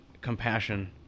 compassion